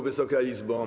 Wysoka Izbo!